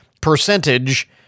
percentage